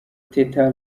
tete